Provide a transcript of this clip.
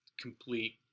complete